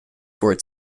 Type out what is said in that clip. for